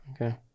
okay